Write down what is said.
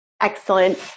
Excellent